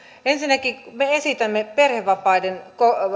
ensinnäkin me esitämme perhevapaiden